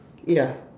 ya